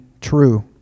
true